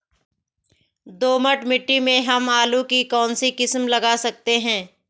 दोमट मिट्टी में हम आलू की कौन सी किस्म लगा सकते हैं?